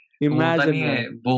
Imagine